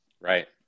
Right